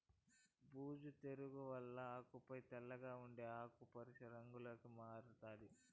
బూజు తెగుల వల్ల ఆకులపై తెల్లగా ఉండి ఆకు పశు రంగులోకి మారుతాది